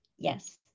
Yes